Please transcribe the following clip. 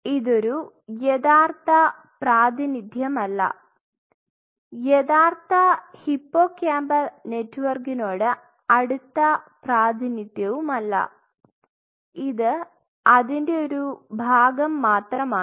ഇതൊരു യഥാർത്ഥ പ്രാതിനിധ്യമല്ല യഥാർത്ഥ ഹിപ്പോകാമ്പൽ നെറ്റ്വർക്കിനോട് അടുത്ത പ്രാതിനിധ്യവുമല്ല ഇത് അതിൻറെ ഒരു ഭാഗം മാത്രമാണ്